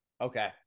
Okay